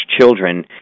children